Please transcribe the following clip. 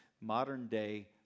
modern-day